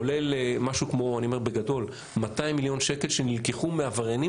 כולל משהו כמו בגדול 200 מיליון שקלים שנלקחו מעבריינים